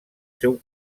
seu